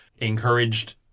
encouraged